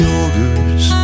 orders